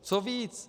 Co víc?